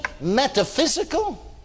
metaphysical